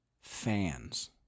fans